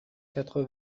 quatre